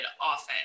often